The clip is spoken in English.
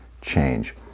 change